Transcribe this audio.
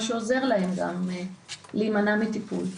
מה שעוזר להם להימנע מטיפול.